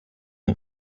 not